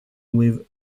with